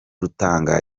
rutanga